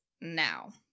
now